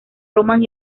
román